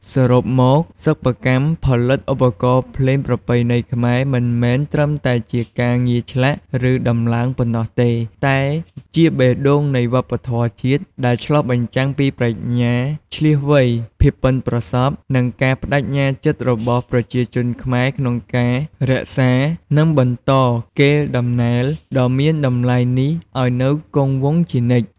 សរុបមក សិប្បកម្មផលិតឧបករណ៍ភ្លេងប្រពៃណីខ្មែរមិនមែនត្រឹមតែជាការងារឆ្លាក់ ឬដំឡើងប៉ុណ្ណោះទេ តែជាបេះដូងនៃវប្បធម៌ជាតិ ដែលឆ្លុះបញ្ចាំងពីប្រាជ្ញាឈ្លាសវៃ ភាពប៉ិនប្រសប់ និងការប្តេជ្ញាចិត្តរបស់ប្រជាជនខ្មែរក្នុងការរក្សា និងបន្តកេរដំណែលដ៏មានតម្លៃនេះឱ្យនៅគង់វង្សជានិច្ច។